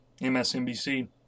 MSNBC